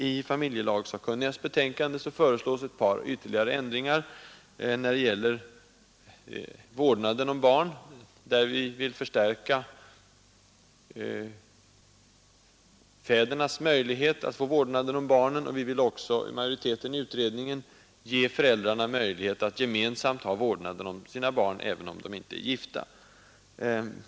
I familjelagssakkunnigas betänkande föreslås ett par ytterligare ändringar när det gäller vårdnaden om barn. Vi vill förstärka fädernas möjlighet att få vårdnanden om barnen. Majoriteten i utredningen vill också ge föräldrarna möjlighet att gemensamt ha vården om sina barn, även om de inte är gifta.